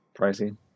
pricey